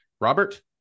Robert